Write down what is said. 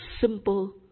simple